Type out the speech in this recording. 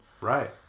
right